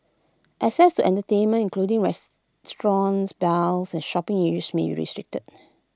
access to entertainment including restaurants bars and shopping areas may be restricted